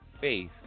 faith